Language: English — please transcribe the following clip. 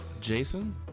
Jason